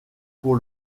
pour